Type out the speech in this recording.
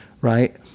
right